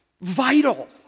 Vital